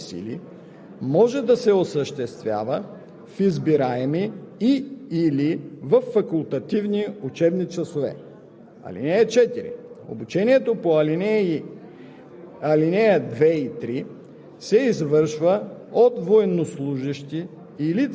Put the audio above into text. свързани със защита на родината, действията за оцеляване при кризи от военен характер, както и за мисиите и задачите на въоръжените сили, може да се осъществява в избираеми и/или във факултативни учебни часове.